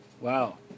wow